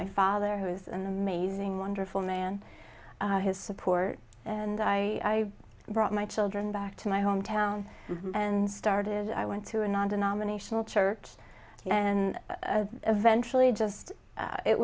my father who was an amazing wonderful man his support and i brought my children back to my hometown and started i went to a non denominational church and eventually just